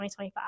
2025